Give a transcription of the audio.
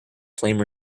flame